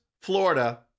Florida